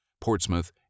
Portsmouth